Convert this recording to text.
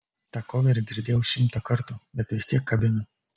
tą koverį girdėjau šimtą kartų bet vis tiek kabina